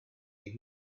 you